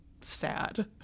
sad